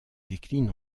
décline